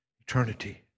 eternity